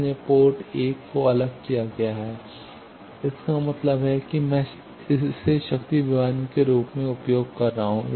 इसलिए पोर्ट 1 को अलग किया जाता है इसका मतलब है कि मैं इसे शक्ति विभाजन के रूप में उपयोग कर सकता हूं